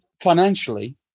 financially